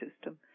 system